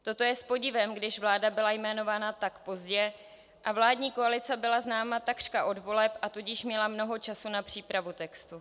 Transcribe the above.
Toto je s podivem, když vláda byla jmenována tak pozdě a vládní koalice byla známa takřka od voleb, a tudíž měla mnoho času na přípravu textu.